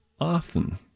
often